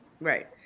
Right